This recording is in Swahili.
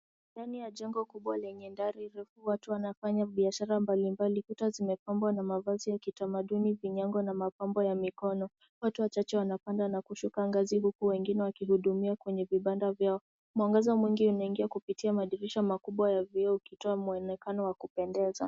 Ndani ya jengo kubwa lenye dari refu watu wanafanya biashara mbalimbali. Kuta zimepambwa na mavazi ya kitamaduni , vinyago na mapambo ya mikono. Watu wachache wanapanda na kushuka ngazi huku wengine wakijihudumia kwenye vibanda vyao. Mwangaza mwingi unaingia kupitia madirisha makubwa ya vioo vikitoa mwonekano wa kupendeza.